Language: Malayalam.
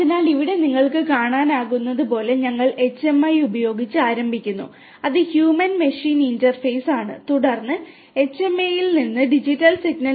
അതിനാൽ ഇവിടെ നിങ്ങൾക്ക് കാണാനാകുന്നതുപോലെ ഞങ്ങൾ HMI ഉപയോഗിച്ച് ആരംഭിക്കുന്നു അത് ഹ്യൂമൻ മെഷീൻ ഇന്റർഫേസ് ആണ്